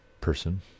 person